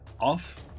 off